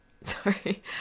Sorry